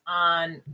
on